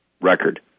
record